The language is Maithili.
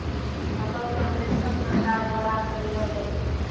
फसल सर्वेक्षण सरकार द्वारा करैलो जाय छै